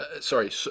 sorry